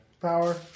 power